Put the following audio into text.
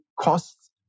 costs